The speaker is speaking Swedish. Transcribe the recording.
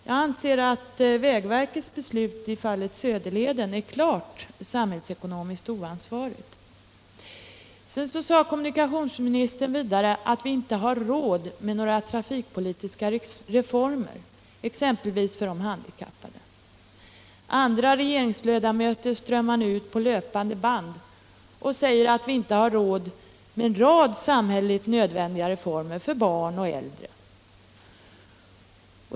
Jag anser att vägverkets beslut i fallet Söderleden är klart samhällsekonomiskt oansvarigt. Vidare sade kommunikationsministern att vi inte har råd med några trafikpolitiska reformer exempelvis för de handikappade. Andra regeringsledamöter skyndar till på löpande band och säger att vi inte har råd med en rad nödvändiga samhälleliga reformer för barn och äldre.